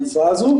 התקופה הזו,